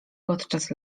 podczas